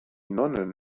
nonnen